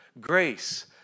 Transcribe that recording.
Grace